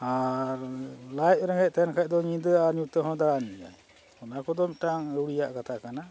ᱟᱨ ᱞᱟᱡ ᱨᱮᱸᱜᱮᱡ ᱛᱟᱦᱮᱱ ᱠᱷᱟᱱ ᱫᱚ ᱧᱤᱫᱟᱹ ᱟᱨ ᱧᱩᱛᱟᱹ ᱦᱚᱸ ᱫᱟᱬᱟᱱ ᱜᱮᱭᱟᱭ ᱚᱱᱟ ᱠᱚᱫᱚ ᱢᱤᱫᱴᱟᱝ ᱟᱹᱣᱲᱤᱭᱟᱜ ᱠᱟᱛᱷᱟ ᱠᱟᱱᱟ